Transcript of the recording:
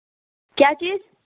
क्या चीज़